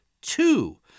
two